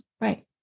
Right